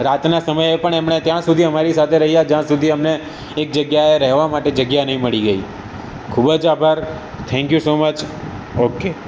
રાતના સમયે પણ એમણે ત્યાં સુધી અમારી સાથે રહ્યા જ્યાં સુધી અમને એક જગ્યાએ રહેવા માટે જગ્યા ન મળી ગઈ ખૂબ આભાર થેન્ક્યુ સો મચ ઓકે